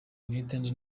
mwitende